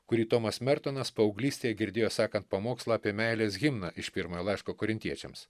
kurį tomas mertonas paauglystėje girdėjo sakant pamokslą apie meilės himną iš pirmojo laiško korintiečiams